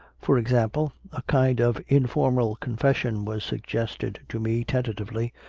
for example, a kind of informal confession was sug gested to me tentatively,